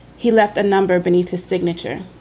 he left a number beneath his signature.